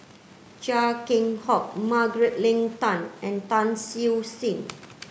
Chia Keng Hock Margaret Leng Tan and Tan Siew Sin